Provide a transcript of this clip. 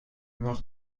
mag